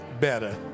better